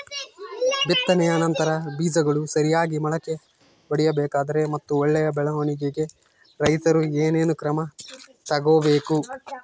ಬಿತ್ತನೆಯ ನಂತರ ಬೇಜಗಳು ಸರಿಯಾಗಿ ಮೊಳಕೆ ಒಡಿಬೇಕಾದರೆ ಮತ್ತು ಒಳ್ಳೆಯ ಬೆಳವಣಿಗೆಗೆ ರೈತರು ಏನೇನು ಕ್ರಮ ತಗೋಬೇಕು?